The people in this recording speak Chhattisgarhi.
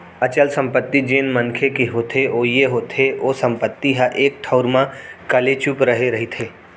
अचल संपत्ति जेन मनखे के होथे ओ ये होथे ओ संपत्ति ह एक ठउर म कलेचुप रहें रहिथे